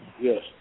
Yes